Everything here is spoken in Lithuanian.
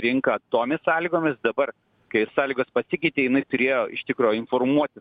rinką tomis sąlygomis dabar kai sąlygos pasikeitė jinai turėjo iš tikro informuoti